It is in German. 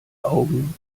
augen